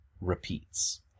repeats